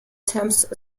tempt